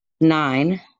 nine